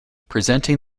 presenting